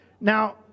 Now